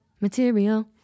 material